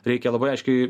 reikia labai aiškiai